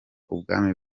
ubwami